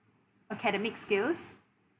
academic skills